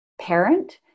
parent